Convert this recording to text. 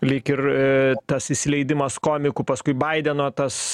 lyg ir tas įsileidimas komikų paskui baideno tas